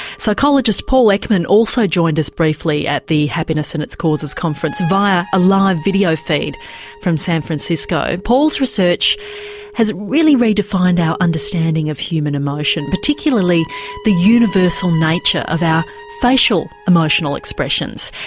psychologist paul ekman also joined us briefly at the happiness and its causes conference via a live video feed from san francisco. paul's research has really redefined our understanding of human emotion, particularly the universal nature of our facial emotional expressions.